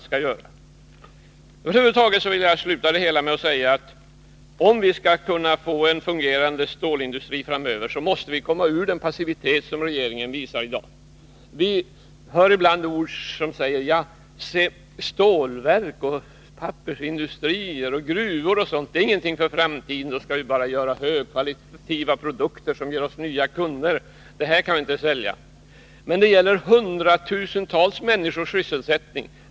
Jag vill avsluta med att säga, att skall vi kunna få en fungerande stålindustri framöver, måste vi komma ur den passivitet regeringen visar i dag. Man hör ibland folk säga att stålverk, pappersindustrier och gruvor inte är någonting för framtiden. Nu skall man i stället göra högkvalitativa produkter, som ger oss nya kunder. Men det gäller hundratusentals människors sysselsättning.